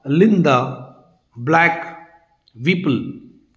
linda black whipple